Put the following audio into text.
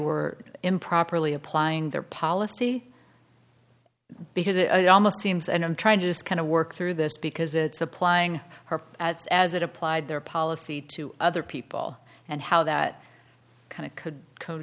were improperly applying their policy because it almost seems and i'm trying to just kind of work through this because it's applying as as it applied their policy to other people and how that kind of could co